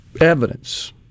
evidence